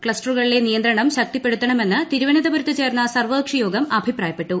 ക്ലസ്റ്ററുകളിലെ നിയന്ത്രണം ശക്തിപ്പെടുത്തണമെന്ന് തിരുവനന്തപുരത്ത് ചേർന്ന സർവ്വകക്ഷി യോഗം അഭിപ്രായപ്പെട്ടു